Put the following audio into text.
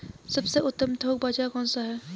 सबसे उत्तम थोक बाज़ार कौन सा है?